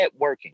networking